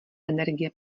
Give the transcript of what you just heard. energie